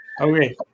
Okay